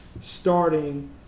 starting